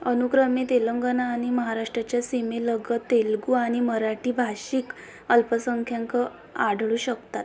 अनुक्रमे तेलंगणा आणि महाराष्टाच्या सीमेलगत तेलगू आणि मराठी भाषिक अल्पसंख्यांक आढळू शकतात